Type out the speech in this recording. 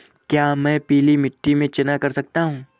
क्या मैं पीली मिट्टी में चना कर सकता हूँ?